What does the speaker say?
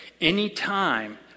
Anytime